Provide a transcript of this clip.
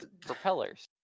propellers